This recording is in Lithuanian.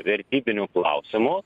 vertybinių klausimų